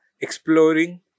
exploring